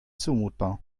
zumutbar